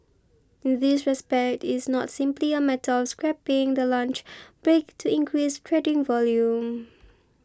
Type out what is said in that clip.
in this respect it's not simply a matter of scrapping the lunch break to increase trading volume